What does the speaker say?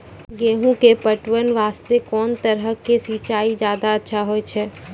गेहूँ के पटवन वास्ते कोंन तरह के सिंचाई ज्यादा अच्छा होय छै?